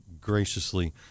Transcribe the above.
graciously